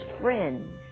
friends